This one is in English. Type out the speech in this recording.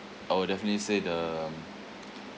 I would definitely say the